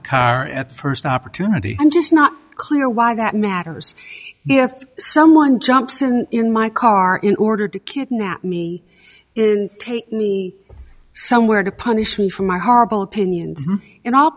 the car at the first opportunity just not clear why that matters if someone jumps in in my car in order to kidnap me in take me somewhere to punish me for my horrible opinion in all